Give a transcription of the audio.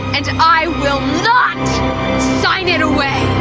and and i will not sign it away!